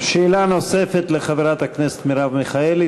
שאלה נוספת לחברת הכנסת מרב מיכאלי.